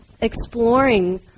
exploring